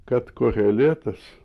kad koheletas